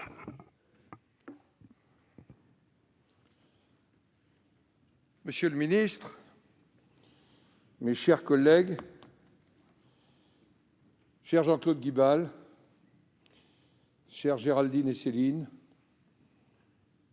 Monsieur le ministre, mes chers collègues, cher Jean-Claude Guibal, chères Géraldine et Céline,